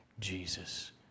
Jesus